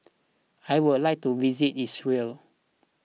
I would like to visit Israel